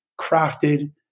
crafted